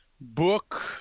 Book